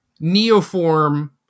Neoform